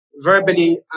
verbally